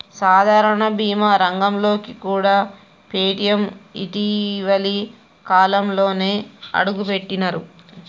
సాధారణ బీమా రంగంలోకి కూడా పేటీఎం ఇటీవలి కాలంలోనే అడుగుపెట్టినరు